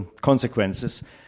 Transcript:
consequences